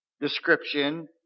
description